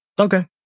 okay